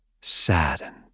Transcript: saddened